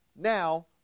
Now